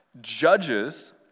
Judges